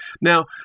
Now